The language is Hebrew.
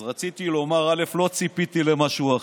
אז רציתי לומר: לא ציפיתי למשהו אחר.